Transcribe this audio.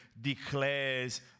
declares